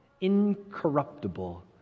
incorruptible